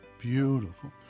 beautiful